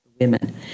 women